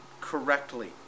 correctly